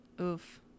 Oof